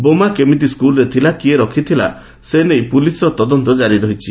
ବୋମା କେମିତି ସ୍କୁଲ୍ରେ ଥିଲା କିଏ ରଖିଥିଲା ସେ ନେଇ ପୋଲିସ୍ର ତଦନ୍ତ ଜାରି ରହିଛି